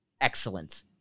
excellent